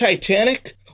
Titanic